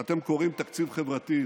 אתם קוראים תקציב חברתי?